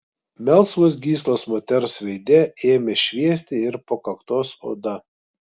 melsvos gyslos moters veide ėmė šviesti ir po kaktos oda